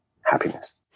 happiness